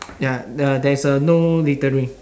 ya uh there's a no littering